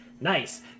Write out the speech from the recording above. Nice